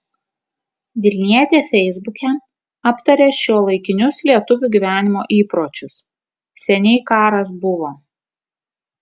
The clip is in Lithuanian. vilnietė feisbuke aptarė šiuolaikinius lietuvių gyvenimo įpročius seniai karas buvo